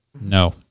No